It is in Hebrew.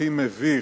הכי מביך,